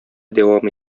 дәвам